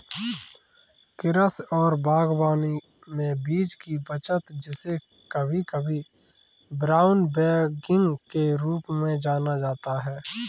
कृषि और बागवानी में बीज की बचत जिसे कभी कभी ब्राउन बैगिंग के रूप में जाना जाता है